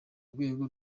rwego